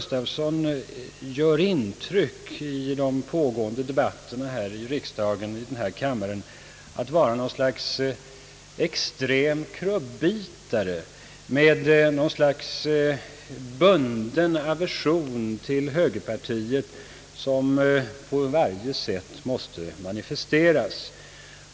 I alla debatter i denna kammare måste han dessutom ge högerpartiet en släng. Han ger intryck av att vara något slags extrem krubbitare med en bunden aversion mot högerpartiet, som han på varje sätt måste manifestera.